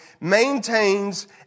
maintains